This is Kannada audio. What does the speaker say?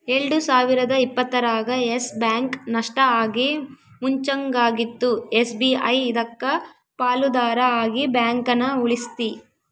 ಎಲ್ಡು ಸಾವಿರದ ಇಪ್ಪತ್ತರಾಗ ಯಸ್ ಬ್ಯಾಂಕ್ ನಷ್ಟ ಆಗಿ ಮುಚ್ಚಂಗಾಗಿತ್ತು ಎಸ್.ಬಿ.ಐ ಇದಕ್ಕ ಪಾಲುದಾರ ಆಗಿ ಬ್ಯಾಂಕನ ಉಳಿಸ್ತಿ